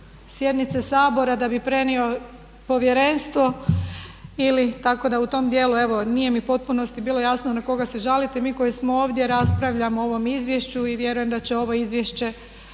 sjednice Sabora da bi prenio povjerenstvo, ili tako da u tom djelu evo nije mi u potpunosti bilo jasno na koga se žalite. Mi koji smo ovdje raspravljamo o ovom izvješću i vjerujem da će ovo izvješće